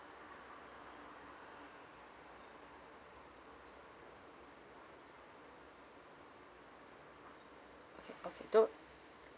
okay okay don't